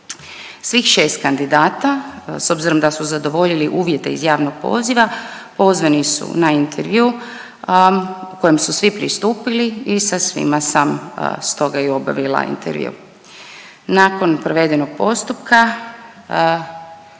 Svih 6 kandidata s obzirom da su zadovoljili uvjete iz javnog poziva, pozvani su na intervju kojem su svi pristupili i sa svima sam stoga i obavila intervju. Nakon provedenog postupka